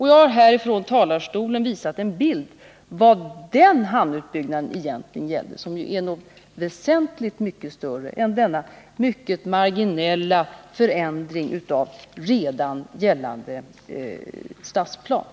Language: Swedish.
Jag har här tidigare visat en bild som illustrerade vad den hamnutbyggnaden egentligen gäller, nämligen något väsentligt mycket mer än denna mycket marginella förändring av redan gällande stadsplan.